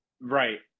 Right